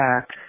back